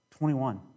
21